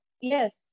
yes